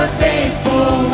faithful